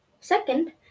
second